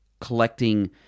collecting